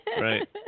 right